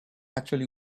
actually